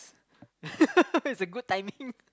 it's a good timing